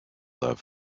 love